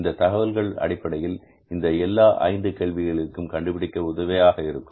இந்த தகவல்களின் அடிப்படையில் இந்த எல்லா ஐந்து கேள்விகளுக்கும் விடை கண்டுபிடிக்க உதவியாக இருக்கும்